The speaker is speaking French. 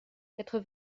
quatre